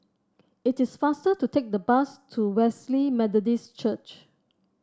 it is faster to take the bus to Wesley Methodist Church